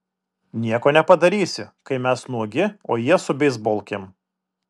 nieko nepadarysi kai mes nuogi o jie su beisbolkėm